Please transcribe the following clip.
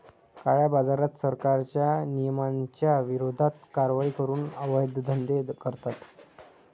काळ्याबाजारात, सरकारच्या नियमांच्या विरोधात कारवाई करून अवैध धंदे करतात